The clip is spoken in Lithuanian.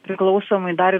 priklausomai dar ir